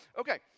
Okay